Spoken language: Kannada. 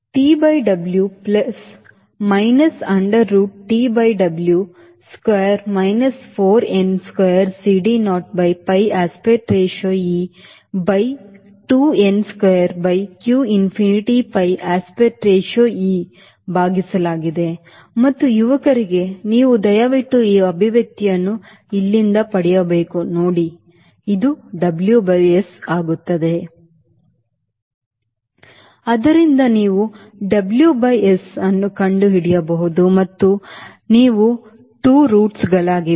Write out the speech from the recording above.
T by W plus minus under root T by W square minus 4 n square CD naught by pi aspect ratio e by 2 n square by q infinity pi aspect ratio e ಭಾಗಿಸಲಾಗಿದೆ ಮತ್ತು ಯುವಕರಿಗೆ ನೀವು ದಯವಿಟ್ಟು ಈ ಅಭಿವ್ಯಕ್ತಿಯನ್ನು ಇಲ್ಲಿಂದ ಪಡೆಯಬೇಕು ನೋಡಿ ಇದು WS ಆದ್ದರಿಂದ ನೀವು WS ಅನ್ನು ಕಂಡುಹಿಡಿಯಬಹುದು ಮತ್ತು ಇವು 2 rootsಗಳಾಗಿವೆ